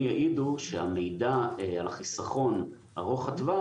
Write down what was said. הם יעידו שהמידע על החיסכון ארוך הטווח